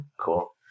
Cool